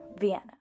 Vienna